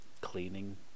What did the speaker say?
cleaning